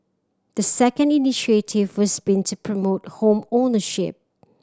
the second initiative has been to promote home ownership